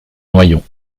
noyon